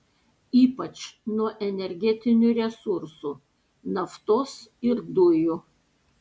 ypač nuo energetinių resursų naftos ir dujų